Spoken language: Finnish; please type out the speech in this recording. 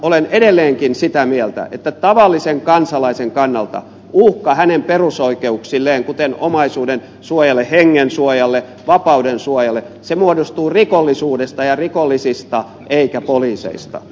olen edelleenkin sitä mieltä että tavallisen kansalaisen kannalta uhka hänen perusoikeuksilleen kuten omaisuuden suojalle hengen suojalle vapauden suojalle se muodostuu rikollisuudesta ja rikollisista eikä poliiseista